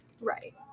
Right